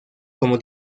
como